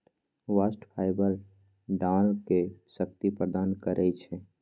bast fibre डांरके शक्ति प्रदान करइ छै